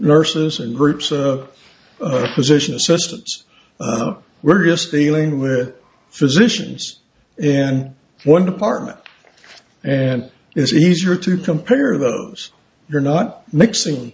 nurses and groups of a physician assistants were just dealing with physicians in one department and it's easier to compare those you're not mixing